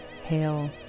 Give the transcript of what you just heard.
Hail